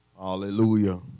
Hallelujah